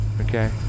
Okay